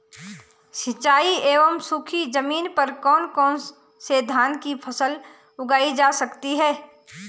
सिंचाई एवं सूखी जमीन पर कौन कौन से धान की फसल उगाई जा सकती है?